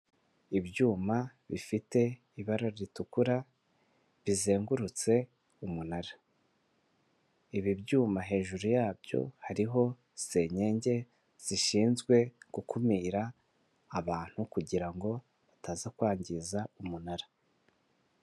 Ibyuma bifite ibara ritukura bizengurutse umunara ibibyuma hejuru yabyo hariho senyege zishinzwe gukumira abantu kugira ngo bataza kwangiza umunara.